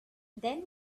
then